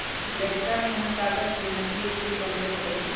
लइरका में हम कागज से नकली फूल बनबैत रहियइ